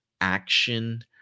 action